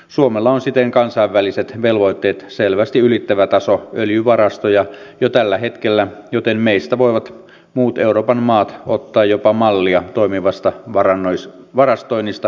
suomella on siten kansainväliset velvoitteet selvästi ylittävä taso öljyvarastoja jo tällä hetkellä joten meistä voivat muut euroopan maat ottaa jopa mallia toimivassa varastoinnissa ja työssä